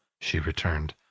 she returned.